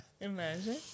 Imagine